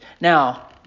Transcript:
Now